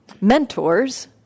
mentors